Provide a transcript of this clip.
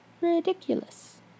ridiculous